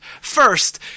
First